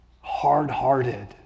hard-hearted